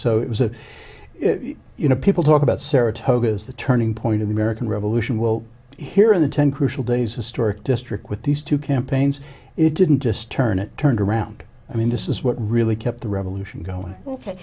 so it was a you know people talk about saratoga as the turning point of the american revolution well here in the ten crucial days historic district with these two campaigns it didn't just turn it turned around i mean this is what really kept the revolution going